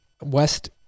West